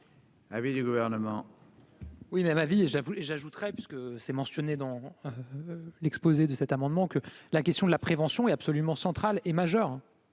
oui du gouvernement. Oui, mais ma vie et j'avoue et j'ajouterai, parce que c'est mentionné dans l'exposé de cet amendement, que la question de la prévention est absolument central et majeur,